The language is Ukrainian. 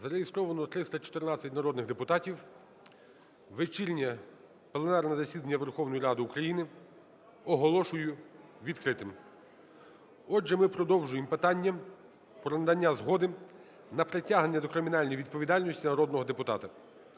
Зареєстровано 314 народних депутатів. Вечірнє пленарне засідання Верховної Ради України оголошую відкритим. Отже, ми продовжуємо питання про надання згоди на притягнення до кримінальної відповідальності народного депутата.